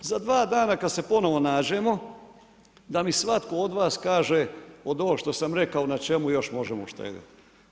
Za dva dana kad se ponovno nađemo da mi svatko od vas kaže od ovog što sam rekao na čemu još možemo uštediti.